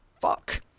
fuck